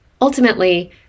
Ultimately